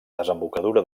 desembocadura